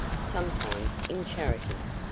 sometimes, in charities.